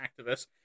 activists